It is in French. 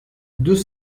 deux